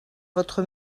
votre